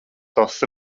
tas